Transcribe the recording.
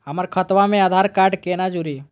हमर खतवा मे आधार कार्ड केना जुड़ी?